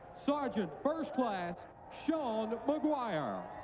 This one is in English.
sergeant first class sean maguire.